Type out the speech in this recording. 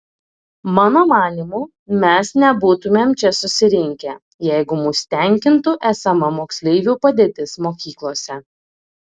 mano manymu mes nebūtumėm čia susirinkę jeigu mus tenkintų esama moksleivių padėtis mokyklose